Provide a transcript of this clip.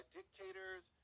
dictators